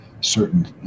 certain